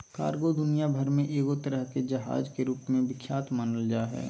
cargo दुनिया भर मे एगो तरह के जहाज के रूप मे विख्यात मानल जा हय